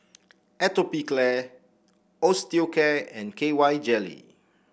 Atopiclair Osteocare and K Y Jelly